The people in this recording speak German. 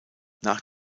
nach